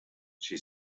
she